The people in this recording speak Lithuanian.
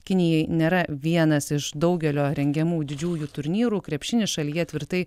kinijai nėra vienas iš daugelio rengiamų didžiųjų turnyrų krepšinis šalyje tvirtai